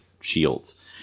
shields